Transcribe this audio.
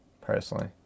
Personally